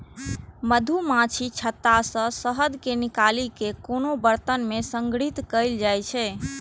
मछुमाछीक छत्ता सं शहद कें निकालि कें कोनो बरतन मे संग्रहीत कैल जाइ छै